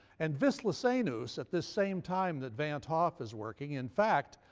and wislicenus, at this same time that van't hoff is working in fact,